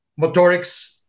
motorics